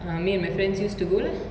uh me and my friends used to go lah